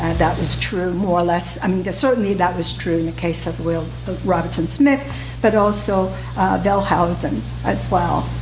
that was true more or less i mean certainly that was true in the case of will robertson smith but also wellhausen as well.